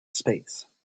space